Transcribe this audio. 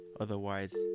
otherwise